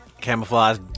camouflage